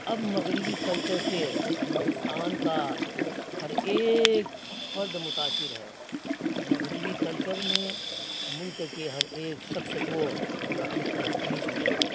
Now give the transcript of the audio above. اب مغربی کلچر سے ہندوستان کا ہر ایک فرد متاثر ہے مغربی کلچر نے ملک کے ہر ایک شخص کو اپنی طرف کھینچ لیا ہے